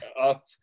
up